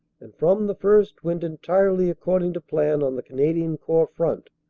and from the first went entirely according to plan on the canadian corps front.